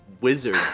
wizard